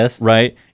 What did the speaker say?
right